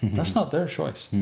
that's not their choice.